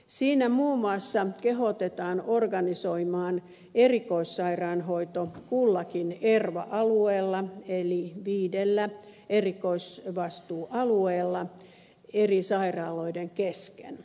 siinä muun muassa kehotetaan organisoimaan erikoissairaanhoito kullakin erva alueella eli viidellä erikoisvastuualueella eri sairaaloiden kesken